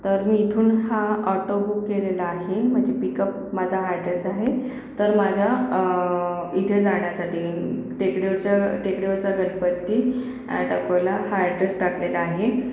तर मी इथून हा ऑटो बुक केलेला आहे म्हणजे पिकप माझा हा ॲड्रेस आहे तर माझ्या इथे जाण्यासाठी टेकडीवरच्या टेकडीवरचा गणपती ॲट अकोला हा एड्रेस टाकलेला आहे